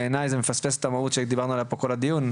בעיני זה מפספס את המהות שדיברנו עליה פה כל הדיון,